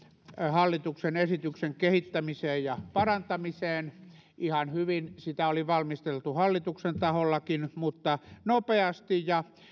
hallituksen esityksen kehittämiseen ja parantamiseen ihan hyvin sitä oli valmisteltu hallituksen tahollakin mutta nopeasti ja